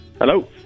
Hello